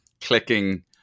clicking